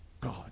God